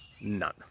None